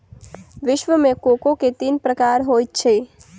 विश्व मे कोको के तीन प्रकार होइत अछि